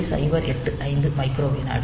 085 micro விநாடி